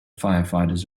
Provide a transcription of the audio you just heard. firefighters